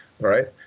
right